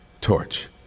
torch